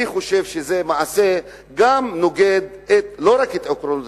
אני חושב שזה מעשה שנוגד לא רק את עקרונות